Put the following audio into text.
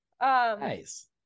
Nice